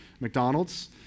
McDonald's